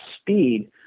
speed